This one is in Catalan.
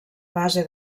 base